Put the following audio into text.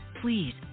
please